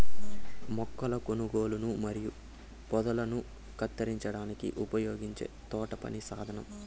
మొక్కల కొనలను మరియు పొదలను కత్తిరించడానికి ఉపయోగించే తోటపని సాధనం